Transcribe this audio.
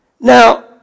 Now